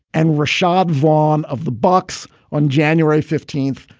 and rashad vaughn of the bucs on january fifteenth,